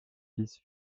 fils